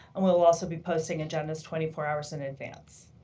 and we will also be posting agendas twenty four hours in advance.